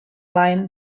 line